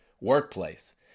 workplace